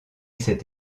cette